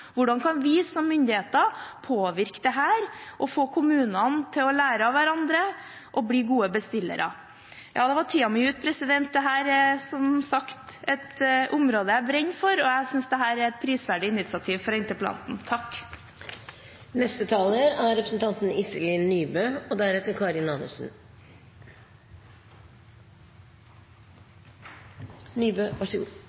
Hvordan kan vi som myndigheter påvirke dette og få kommunene til å lære av hverandre og bli gode bestillere? Da er tiden min ute. Dette er som sagt et område jeg brenner for, og jeg synes dette er et prisverdig initiativ fra interpellanten. Jeg synes det har blitt luftet mange viktige moment i denne debatten. Forrige taler